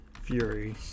fury